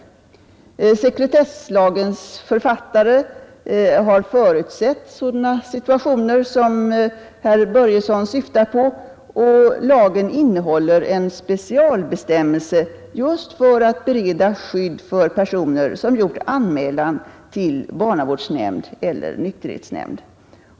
Man har i sekretesslagen förutsatt sådana situationer som herr Börjesson i Falköping syftar på, och lagen innehåller en speciell bestämmelse just för att bereda skydd för personer som gjort anmälan till barnavårdsnämnd eller nykterhetsnämnd.